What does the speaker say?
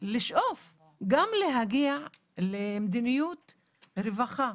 לשאוף גם להגיע למדיניות רווחה.